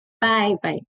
Bye-bye